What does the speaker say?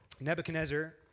Nebuchadnezzar